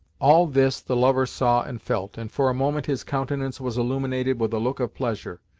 all this the lover saw and felt, and for a moment his countenance was illuminated with a look of pleasure,